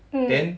mmhmm